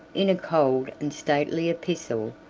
in a cold and stately epistle,